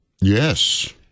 Yes